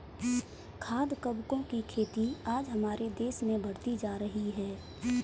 खाद्य कवकों की खेती आज हमारे देश में बढ़ती जा रही है